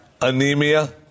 Anemia